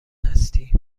هستی